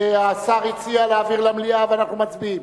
השר הציע להעביר למליאה ואנחנו מצביעים.